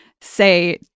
say